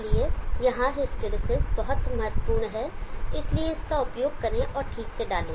इसलिए यहां हिस्टैरिसीस बहुत महत्वपूर्ण है इसलिए इसका उपयोग करें और ठीक से डालें